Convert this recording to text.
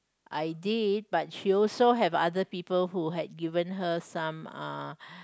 I did but she also have other people who had given her some uh